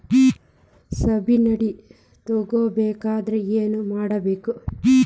Subsidy ತಗೊಬೇಕಾದರೆ ಏನು ಮಾಡಬೇಕು?